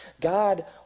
God